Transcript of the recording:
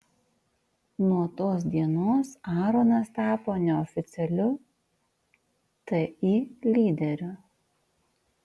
nuo tos dienos aronas tapo neoficialiu ti lyderiu